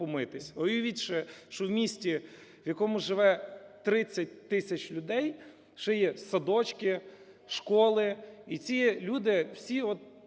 Уявіть ще, що в місті, в якому живе 30 тисяч людей ще є садочки, школи, і ці люди всі